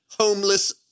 homeless